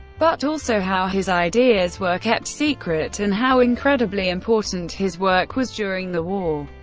but also how his ideas were kept secret and how incredibly important his work was during the war,